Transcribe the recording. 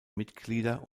mitglieder